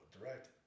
Direct